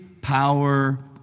power